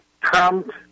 Trump